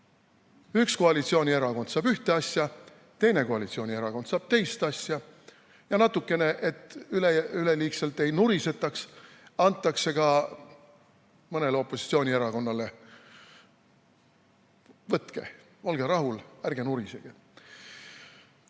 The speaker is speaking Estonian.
Üks koalitsioonierakond saab ühe asja, teine koalitsioonierakond saab teise asja ja natukene, et üleliigselt ei nurisetaks, antakse ka mõnele opositsioonierakonnale. Võtke, olge rahul, ärge nurisege!